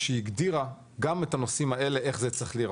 שהגדירה גם את הנושאים האלה, איך זה צריך להיראות.